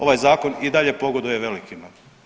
Ovaj zakon i dalje pogoduje velikima.